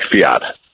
fiat